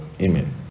Amen